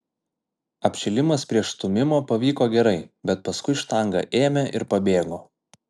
apšilimas prieš stūmimą pavyko gerai bet paskui štanga ėmė ir pabėgo